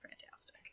fantastic